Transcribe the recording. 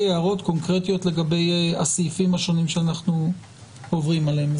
הערות קונקרטיות לגבי הסעיפים השונים שאנחנו עוברים עליהם.